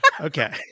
okay